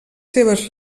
seves